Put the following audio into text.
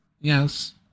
Yes